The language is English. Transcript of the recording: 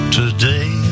today